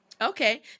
Okay